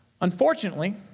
Unfortunately